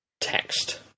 text